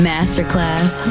Masterclass